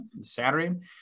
Saturday